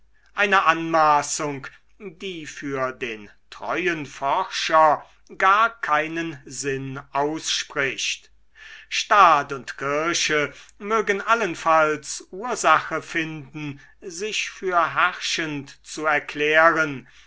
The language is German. eine anmaßung die für den treuen forscher gar keinen sinn ausspricht staat und kirche mögen allenfalls ursache finden sich für herrschend zu erklären